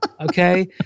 Okay